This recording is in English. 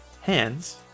hands